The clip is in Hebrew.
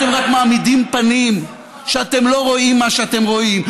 אתם רק מעמידים פנים שאתם לא רואים מה שאתם רואים.